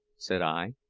said i,